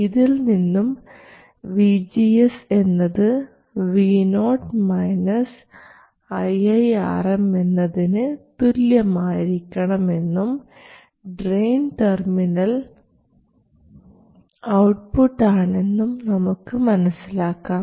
ഇതിൽ നിന്നും vgs എന്നത് vo iiRm എന്നതിന് തുല്യമായിരിക്കണം എന്നും ഡ്രെയിൻ ടെർമിനൽ ഔട്ട്പുട്ട് ആണെന്നും നമുക്ക് മനസ്സിലാക്കാം